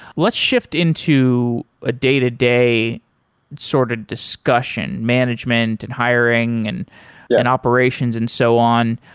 let's shift into a day-to-day sort of discussion management, and hiring, and and operations and so on.